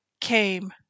came